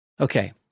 Okay